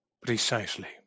Precisely